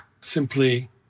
simply